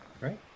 Right